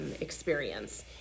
experience